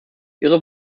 ihre